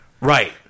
Right